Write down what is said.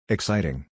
Exciting